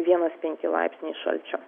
vienas penki laipsniai šalčio